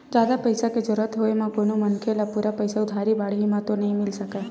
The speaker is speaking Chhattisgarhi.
जादा पइसा के जरुरत होय म कोनो मनखे ल पूरा पइसा उधारी बाड़ही म तो नइ मिल सकय